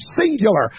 singular